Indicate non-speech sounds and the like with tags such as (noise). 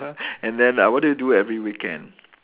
(laughs) and then uh what do you do every weekend